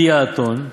פי האתון,